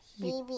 Baby